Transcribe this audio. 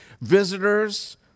visitors